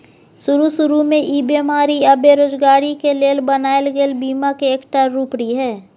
शरू शुरू में ई बेमारी आ बेरोजगारी के लेल बनायल गेल बीमा के एकटा रूप रिहे